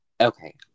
Okay